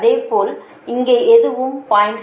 அதேபோல் இங்கே அதுவும் 0